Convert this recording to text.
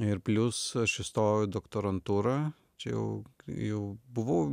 ir plius aš įstojau į doktorantūrą čia jau jau buvau